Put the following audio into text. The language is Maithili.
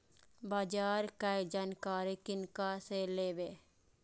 बाजार कै जानकारी किनका से लेवे?